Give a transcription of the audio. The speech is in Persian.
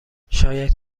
شاید